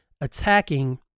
attacking